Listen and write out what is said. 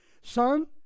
Son